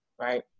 right